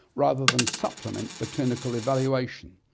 rather than supplement, the clinical evaluation,